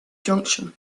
junction